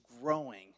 growing